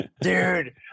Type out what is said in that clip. dude